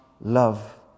love